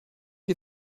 you